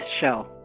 show